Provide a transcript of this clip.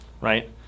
right